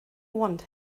want